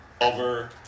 over